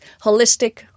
holistic